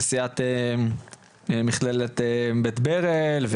נשיאת מכללת בית ברל,